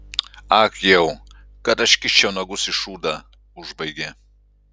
ag jau kad aš kiščiau nagus į šūdą užbaigė